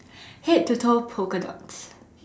head to toe polka dots